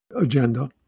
agenda